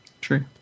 True